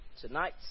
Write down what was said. tonight